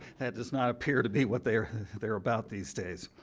that does not appear to be what they are they are about these days.